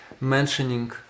mentioning